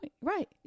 Right